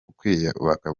kwiyubaka